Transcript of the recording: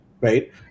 right